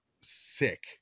sick